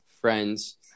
friends